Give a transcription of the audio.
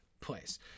place